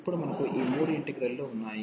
ఇప్పుడు మనకు ఈ మూడు ఇంటిగ్రల్ లు ఉన్నాయి